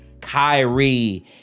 Kyrie